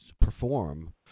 perform